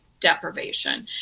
deprivation